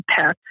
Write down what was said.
pets